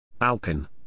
Alpin